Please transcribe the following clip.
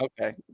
okay